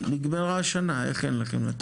נגמרה השנה ואין לכם עדיין נתונים?